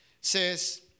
says